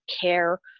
care